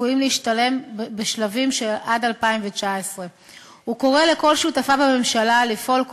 הצפויים להשתלם בשלבים עד 2019. הוא קורא לכל שותפיו בממשלה לפעול,